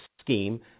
scheme